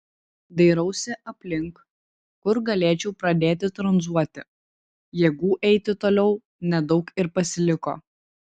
dairausi aplink kur galėčiau pradėti tranzuoti jėgų eiti toliau nedaug ir pasiliko